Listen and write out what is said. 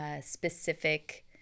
specific